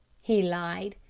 he lied.